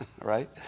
right